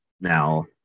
now